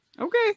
Okay